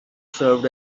served